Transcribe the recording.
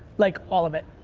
like all of it.